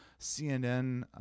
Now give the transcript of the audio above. CNN